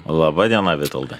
laba diena vitoldai